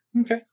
Okay